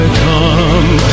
come